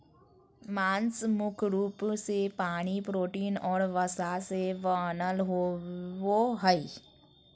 मांस मुख्य रूप से पानी, प्रोटीन और वसा से बनल होबो हइ